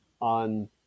on